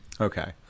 Okay